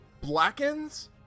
blackens